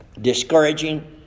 discouraging